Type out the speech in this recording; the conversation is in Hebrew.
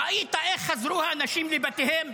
ראית איך חזרו האנשים לבתיהם?